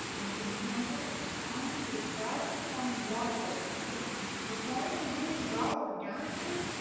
in this example? find your best-performing blog post. if it's performing really well organically,